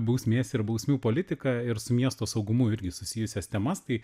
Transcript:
bausmės ir bausmių politiką ir su miesto saugumu irgi susijusias temas tai